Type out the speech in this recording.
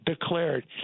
declared